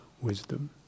wisdom